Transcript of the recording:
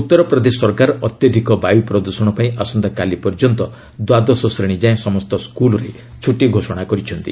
ଉତ୍ତର ପ୍ରଦେଶ ସରକାର ଅତ୍ୟଧିକ ବାୟୁ ପ୍ରଦୃଷଣ ପାଇଁ ଆସନ୍ତାକାଲି ପର୍ଯ୍ୟନ୍ତ ଦ୍ୱାଦଶ ଶ୍ରେଣୀ ଯାଏଁ ସମସ୍ତ ସ୍କୁଲ୍ରେ ଛୁଟି ଘୋଷଣା କରିଛନ୍ତି